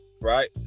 right